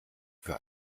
für